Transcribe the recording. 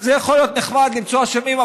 זה יכול להיות נחמד למצוא אשמים,